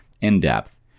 in-depth